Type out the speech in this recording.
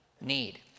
need